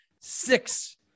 six